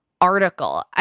Article